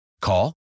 Call